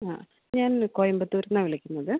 ആ ഞാൻ കോയമ്പത്തൂരിൽ നിന്നാണ് വിളിക്കുന്നത്